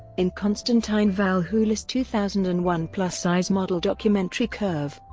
in constantine valhouli's two thousand and one plus-size model documentary curve,